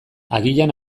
agian